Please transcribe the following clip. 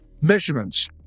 Measurements